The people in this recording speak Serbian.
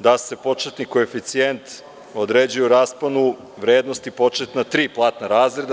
da se početni koeficijent određuje u rasponu vrednosti početna tri platna razreda.